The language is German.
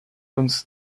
uns